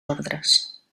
ordres